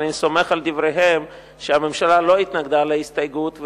אבל אני סומך על דבריהם שהממשלה לא התנגדה להסתייגות,